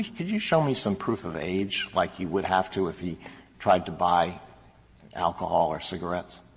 could you show me some proof of age, like he would have to if he tried to buy alcohol or cigarettes?